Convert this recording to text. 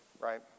right